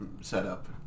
setup